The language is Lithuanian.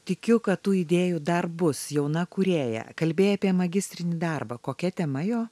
tikiu kad tų idėjų dar bus jauna kūrėja kalbėjai apie magistrinį darbą kokia tema jo